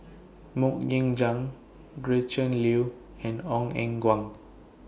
Mok Ying Jang Gretchen Liu and Ong Eng Guan